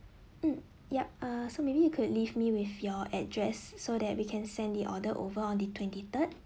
mm yup uh so maybe you could leave me with your address so that we can send the order over on the twenty third